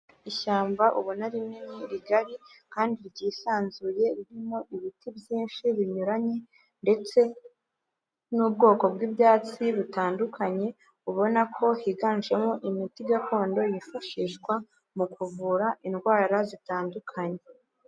Ishyamba ubona rinini, rigari kandi ryisanzuye, ririmo ibiti byinshi binyuranye ndetse n'ubwoko bw'ibyatsi butandukanye, ubona ko higanjemo imiti gakondo yifashishwa mu kuvura indwara zitandukanye.